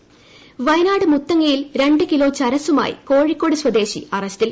ചരസ് വയനാട് മുത്തങ്ങയിൽ രണ്ട് കിലോ ചരസ്സുമായി കോഴിക്കോട് സ്വദേശി അറസ്റ്റിൽ